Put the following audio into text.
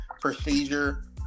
procedure